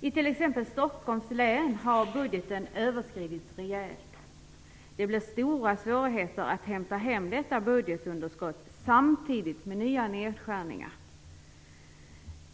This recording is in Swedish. I t.ex. Stockholms län har budgeten överskridits rejält. Det blir stora svårigheter att hämta hem detta budgetunderskott samtidigt som nya nedskärningar skall göras.